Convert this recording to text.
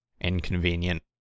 inconvenient